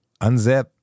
unzip